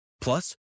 Plus